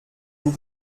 vous